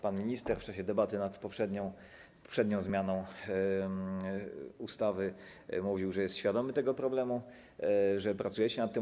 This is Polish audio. Pan minister w czasie debaty nad poprzednią zmianą ustawy mówił, że jest świadomy tego problemu, że pracujecie nad tym.